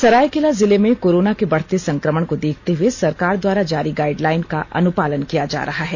सरायकेला जिल में कोरोना के बढ़ते संक्रमण को देखते हुए सरकार द्वारा जारी गाइडलाइन का अनुपालन किया जा रहा है